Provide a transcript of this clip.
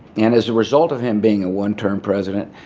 and as a result of him being a one-term president,